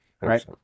Right